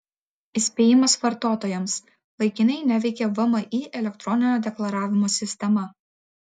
įspėjimas vartotojams laikinai neveikia vmi elektroninio deklaravimo sistema